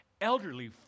elderly